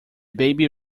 baby